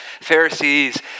Pharisees